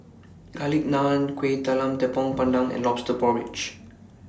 Garlic Naan Kuih Talam Tepong Pandan and Lobster Porridge